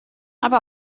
aber